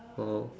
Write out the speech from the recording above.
oh